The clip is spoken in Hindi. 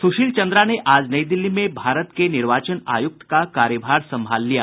सुशील चन्द्रा ने आज नई दिल्ली में भारत के निर्वाचन आयुक्त का कार्यभार सम्भाल लिया